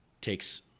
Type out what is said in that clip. takes